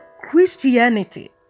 Christianity